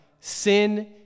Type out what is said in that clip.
sin